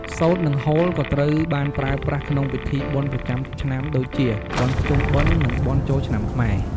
សូត្រ និងហូលក៏ត្រូវបានប្រើប្រាស់ក្នុងពិធីបុណ្យប្រចាំឆ្នាំដូចជា បុណ្យភ្ជុំបិណ្ឌ និង បុណ្យចូលឆ្នាំខ្មែរ។